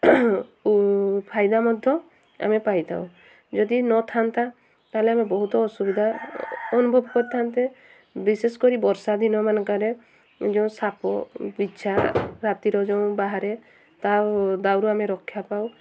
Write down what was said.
ଫାଇଦା ମଧ୍ୟ ଆମେ ପାଇଥାଉ ଯଦି ନଥାନ୍ତା ତାହେଲେ ଆମେ ବହୁତ ଅସୁବିଧା ଅନୁଭବ କରିଥାନ୍ତେ ବିଶେଷ କରି ବର୍ଷା ଦିନମାନଙ୍କରେ ଯେଉଁ ସାପ ବିଛା ରାତିର ଯେଉଁ ବାହାରେ ତା ଦାଉରୁ ଆମେ ରକ୍ଷା ପାଉ